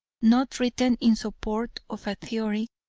not written in support of a theory,